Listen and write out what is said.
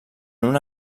una